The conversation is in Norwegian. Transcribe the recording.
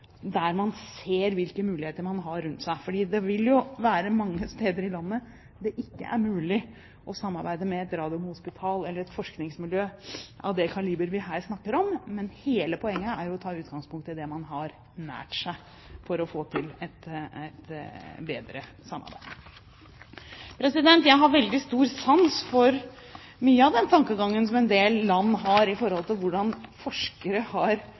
der man ser hvilke muligheter man har rundt seg. For det vil jo være mange steder i landet hvor det ikke er mulig å samarbeide med et radiumhospital eller et forskningsmiljø av det kaliber vi her snakker om. Men hele poenget er å ta utgangspunkt i det man har nært seg, for å få til et bedre samarbeid. Jeg har veldig stor sans for mye av den tankegangen som en del land har om at forskere har plikt til